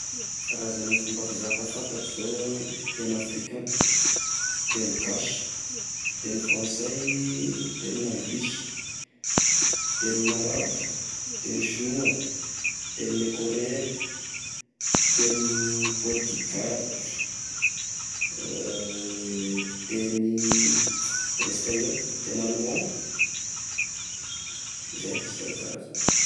Karazagny fomba fizaka fantako zao ah: teny afrikanigna, teny gasy, teny frantsay, tenin'anglisy, tenin'arabo, teny sinoa, teny ny korean, teny portigaly, teny espagnol, teny allemand, zay zay karazagny.